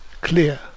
clear